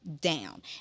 down